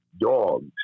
dogs